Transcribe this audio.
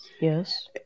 Yes